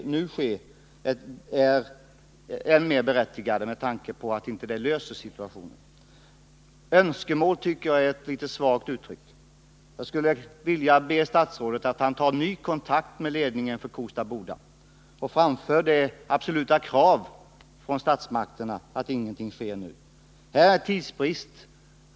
Detta är än mer berättigat med tanke på att nedläggningar inte löser problemen. Jag tycker emellertid att ”önskemål” är ett något svagt uttryck i detta sammanhang. Jag skulle vilja be statsrådet att han tar ny kontakt med ledningen för Kosta Boda AB och framför det absoluta kravet från statsmakterna att ingenting sker nu. Här måste regeringen handla snabbt.